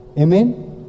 amen